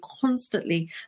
constantly